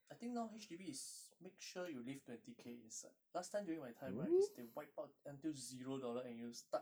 I think now H_D_B is make sure you leave twenty K inside last time during my time right is they wipe out until zero dollar and you start